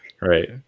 right